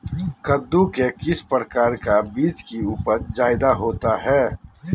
कददु के किस प्रकार का बीज की उपज जायदा होती जय?